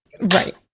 Right